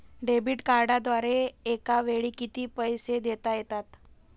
Debit कार्डद्वारे एकावेळी किती पैसे देता येतात?